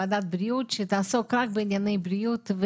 ועדת בריאות שתעסוק רק בענייני בריאות.